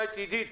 עידית